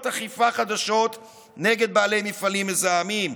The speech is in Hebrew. אכיפה חדשות נגד בעלי מפעלים מזהמים,